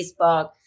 Facebook